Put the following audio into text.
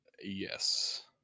Yes